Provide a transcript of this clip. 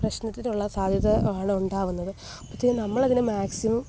പ്രശ്നത്തിനുള്ള സാദ്ധ്യത ആണ് ഉണ്ടാകുന്നത് അപ്പത്തേനും നമ്മളതിനെ മാക്സിമം